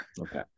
Okay